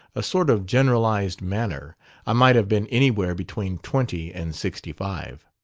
a sort of generalized manner i might have been anywhere between twenty and sixty-five.